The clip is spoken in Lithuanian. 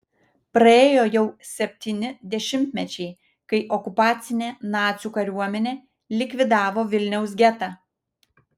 praėjo jau septyni dešimtmečiai kai okupacinė nacių kariuomenė likvidavo vilniaus getą